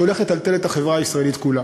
שהולך לטלטל את החברה הישראלית כולה.